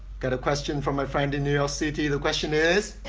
got a question from my friend in new york city. the question is